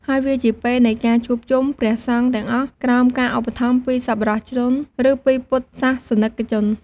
ហើយវាជាពេលនៃការជួបជុំព្រះសង្ឃទាំងអស់ ក្រោមការឧបត្ថម្ភពីសប្បុរសជន ឬពីពុទ្ធសាសនិកជន ។